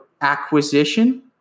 acquisition